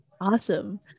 Awesome